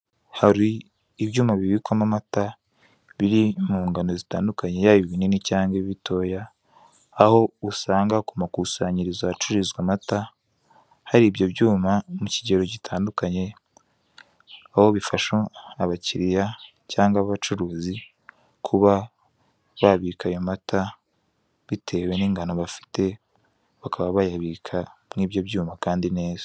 Hari ibyuma bibikwamo amata biri mu ngano zitandukanye yaba ibinini cyangwa ibitoya aho usanga ku makusanyiririzo ahacururizwa amata hari ibyo byuma mu kigero gitandukanye aho bifasha abakiliya cyangwa abacuruzi kuba babika ayo mata bitewe n'ingano bafite bakaba bayabika mu ibyo byuma kandi neza.